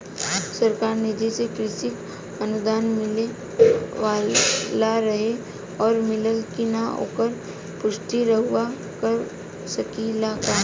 सरकार निधि से कृषक अनुदान मिले वाला रहे और मिलल कि ना ओकर पुष्टि रउवा कर सकी ला का?